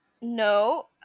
no